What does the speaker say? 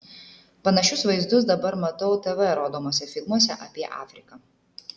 panašius vaizdus dabar matau tv rodomuose filmuose apie afriką